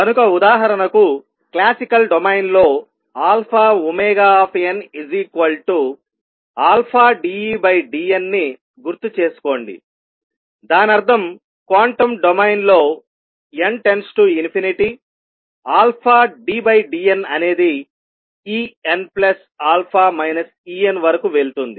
కనుక ఉదాహరణకు క్లాసికల్ డొమైన్లో αωnαdEdn ని గుర్తుచేసుకోండి దానర్థం క్వాంటం డొమైన్ లో n→ ∞ αddn అనేది Enα Enవరకు వెళ్తుంది